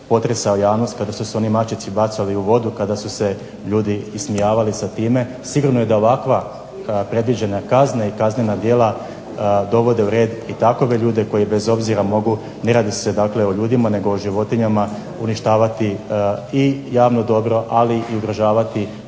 potresao javnost kada su se oni mačići bacali u vodu, kada su se ljudi ismijavali sa time. Sigurno je da ovakva predviđena kazna i kaznena djela dovode u red i takove ljude koji bez obzira mogu ne radi se dakle o ljudima nego o životinjama uništavati i javno dobro ali i ugrožavati